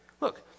Look